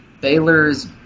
Baylor's